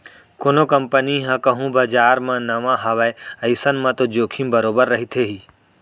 कोनो कंपनी ह कहूँ बजार म नवा हावय अइसन म तो जोखिम बरोबर रहिथे ही